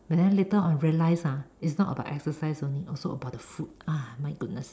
but then later on realize ah is not about exercise only also about the food ah my goodness